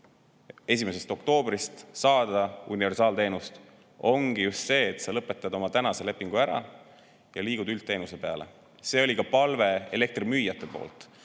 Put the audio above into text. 1. oktoobrist saada universaalteenust ongi just see, et sa lõpetad oma lepingu ära ja liigud üldteenuse peale. See oli ka elektrimüüjate palve,